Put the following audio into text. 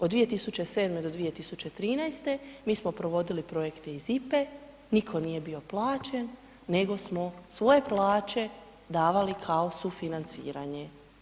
Od 2007. do 2013. mi smo provodili projekte SIPA-e, nitko nije bio plaćen, nego smo svoje plaće davali kao sufinanciranje.